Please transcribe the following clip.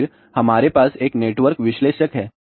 तो फिर हमारे पास एक नेटवर्क विश्लेषक है